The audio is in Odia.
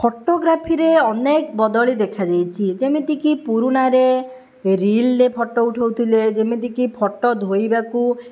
ଫଟୋଗ୍ରାଫିରେ ଅନେକ ବଦଳି ଦେଖା ଯାଇଛି ଯେମିତି କି ପୁରୁଣାରେ ରିଲ୍ ରେ ଫଟୋ ଉଠଉଥିଲେ ଯେମିତିକି ଫଟୋ ଧୋଇବାକୁ